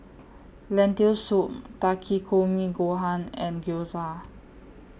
Lentil Soup Takikomi Gohan and Gyoza